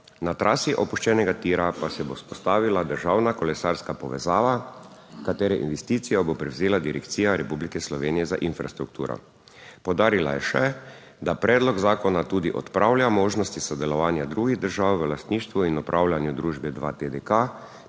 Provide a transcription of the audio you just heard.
na trasi opuščenega tira pa se bo vzpostavila državna kolesarska povezava, katere investicijo bo prevzela Direkcija Republike Slovenije za infrastrukturo. Poudarila je še, da predlog zakona tudi odpravlja možnosti sodelovanja drugih držav v lastništvu in upravljanju družbe 2TDK